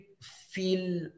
feel